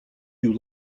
you